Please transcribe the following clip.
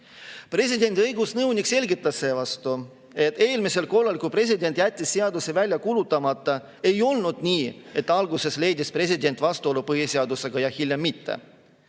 Presidendi õigusnõunik selgitas seevastu, et eelmisel korral, kui president jättis seaduse välja kuulutamata, ei olnud nii, et alguses leidis president vastuolu põhiseadusega ja hiljem mitte.